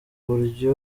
buryo